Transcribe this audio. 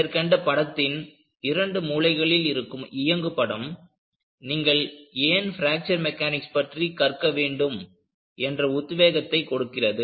மேற்கண்ட படத்தின் இரண்டு மூலைகளில் இருக்கும் இயங்குபடம் நீங்கள் ஏன் பிராக்சர் மெக்கானிக்ஸ் பற்றி கற்க வேண்டும் என்ற உத்வேகத்தைக் கொடுக்கிறது